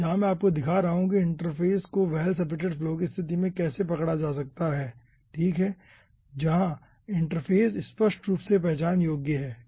यहाँ मैं आपको दिखा रहा हूँ कि इंटरफ़ेस को वेल सेपरेटेड फ्लो की स्तिथि में कैसे पकड़ा जा सकता है ठीक है जहाँ इंटरफ़ेस स्पष्ट रूप से पहचान योग्य है